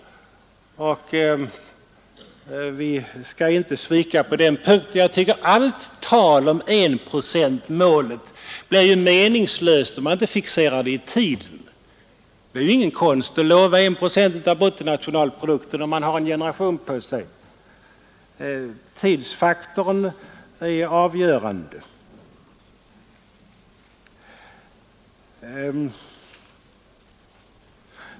Vi skall inte svika våra utfästelser. Jag anser att allt tal om enprocentsmålet är meningslöst, om man inte fixerar det i tiden. Det är ingen konst att lova I procent av i mottagarländer bruttonationalprodukten om man har en generation på sig. Tidsfaktorn för svenskt utvecklingsbistånd är avgörande.